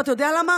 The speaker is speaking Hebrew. ואתה יודע למה?